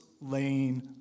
laying